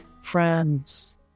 friends